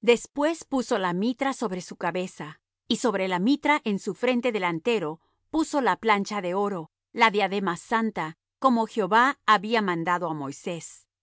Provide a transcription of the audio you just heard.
después puso la mitra sobre su cabeza y sobre la mitra en su frente delantero puso la plancha de oro la diadema santa como jehová había mandado á moisés